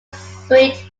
suite